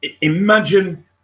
imagine